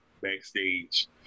backstage